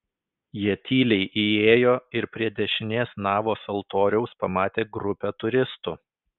jie tyliai įėjo ir prie dešinės navos altoriaus pamatė grupę turistų